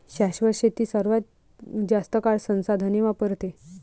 शाश्वत शेती सर्वात जास्त काळ संसाधने वापरते